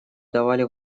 давали